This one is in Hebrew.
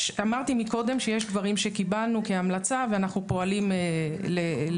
אמרתי קודם שיש דברים שקיבלנו כהמלצה ואנחנו פועלים לשיפורם,